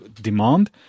Demand